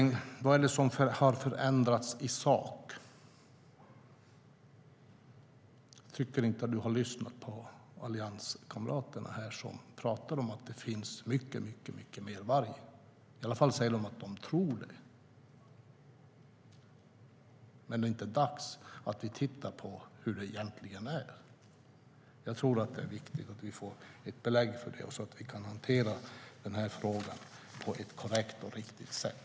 När det gäller vad som har förändrats i sak tycker jag inte att du har lyssnat på dina allianskamrater. De sa att det finns mycket, mycket mer varg. De sa i alla fall att de tror det. Men är det inte dags att vi tittar på hur det egentligen är? Det är viktigt att vi får belägg för det så att vi kan hantera den här frågan på ett korrekt och riktigt sätt.